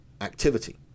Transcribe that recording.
activity